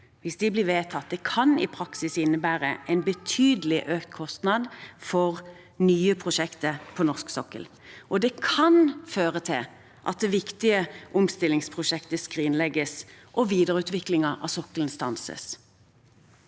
det i praksis innebære en betydelig økt kostnad for nye prosjekter på norsk sokkel. Det kan også føre til at viktige omstillingsprosjekter skrinlegges, og at videreutviklingen av sokkelen stanses.